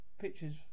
Pictures